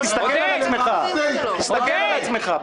תסתכל על עצמך.